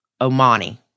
Omani